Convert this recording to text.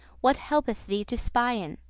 what helpeth thee to spyen?